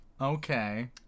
Okay